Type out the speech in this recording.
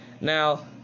Now